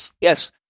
Yes